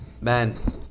man